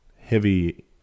heavy